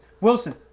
Wilson